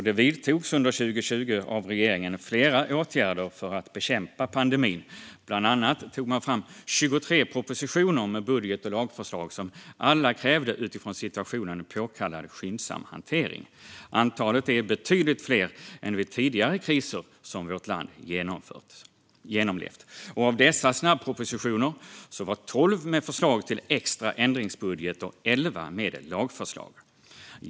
Det vidtogs under 2020 av regeringen flera åtgärder för att bekämpa pandemin. Bland annat tog man fram 23 propositioner med budget och lagförslag som alla krävde utifrån situationen påkallad skyndsam hantering. Antalet är betydligt större än vid tidigare kriser som vårt land genomlevt. Av dessa snabbpropositioner innehöll 12 förslag till extra ändringsbudget, och 11 innehöll lagförslag.